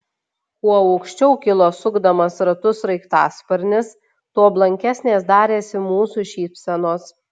kuo aukščiau kilo sukdamas ratus sraigtasparnis tuo blankesnės darėsi mūsų šypsenos